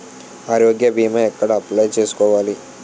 ఆరోగ్య భీమా ఎక్కడ అప్లయ్ చేసుకోవాలి?